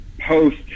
post